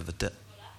מוותרת?